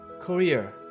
Korea